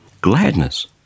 gladness